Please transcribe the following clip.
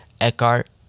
Eckhart